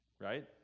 Right